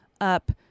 up